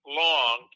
long